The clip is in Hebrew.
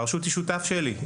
הרשות היא שותף שלי.